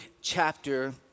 chapter